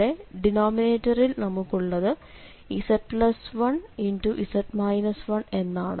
ഇവിടെ ഡിനോമിനേറ്ററിൽ നമുക്കുള്ളത് z1 എന്നാണ്